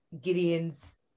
gideon's